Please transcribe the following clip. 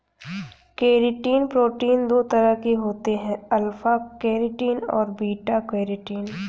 keratin protein दो तरह की होती है अल्फ़ा केरेटिन और बीटा केरेटिन